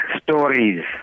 stories